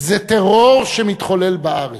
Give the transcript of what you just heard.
זה טרור שמתחולל בארץ.